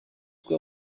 kuba